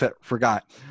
forgot